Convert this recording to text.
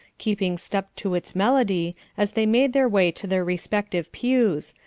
keeping step to its melody as they made their way to their respective pews,